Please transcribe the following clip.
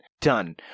done